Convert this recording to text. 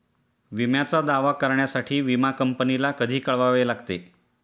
विम्याचा दावा करण्यासाठी विमा कंपनीला कधी कळवावे लागते?